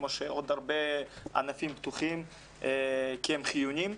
כמו שעוד הרבה ענפים פתוחים כי הם חיוניים,